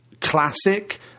classic